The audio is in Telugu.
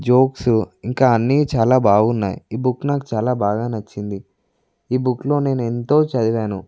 జోక్సు ఇంకా అన్నీ చాలా బాగున్నాయి ఈ బుక్ నాకు చాలా బాగా నచ్చింది ఈ బుక్లో నేనెంతో చదివాను